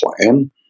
plan